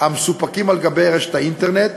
המסופקים באינטרנט,